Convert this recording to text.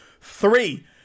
Three